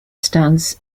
stunts